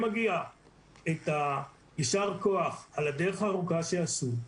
מגיע את היישר כוח על הדרך הארוכה שעשו.